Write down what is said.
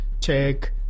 check